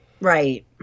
right